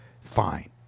Fine